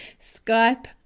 Skype